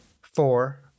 Four